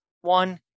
One